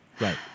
Right